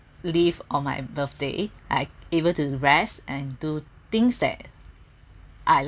leave on my birthday eh I able to rest and do things that I